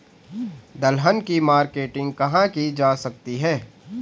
दलहन की मार्केटिंग कहाँ की जा सकती है?